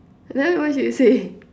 then what she say